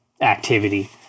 activity